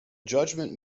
judgement